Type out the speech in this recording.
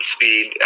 speed